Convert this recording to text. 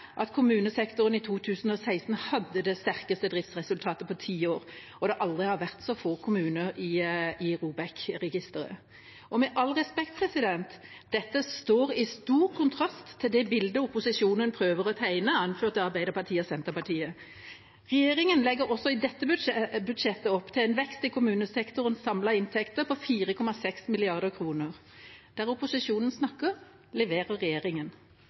at kommunesektoren i 2016 hadde det sterkeste driftsresultatet på ti år og det aldri har vært så få kommuner i ROBEK-registeret. Med all respekt – dette står i sterk kontrast til det bildet opposisjonen prøver å tegne, anført av Arbeiderpartiet og Senterpartiet. Regjeringa legger også i dette budsjettet opp til en vekst i kommunesektorens samlede inntekter på 4,6 mrd. kr. Der opposisjonen snakker, leverer